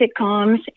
sitcoms